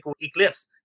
eclipse